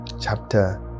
chapter